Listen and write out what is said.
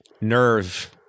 nerve